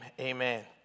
Amen